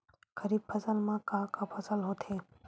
खरीफ फसल मा का का फसल होथे?